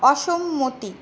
অসম্মতি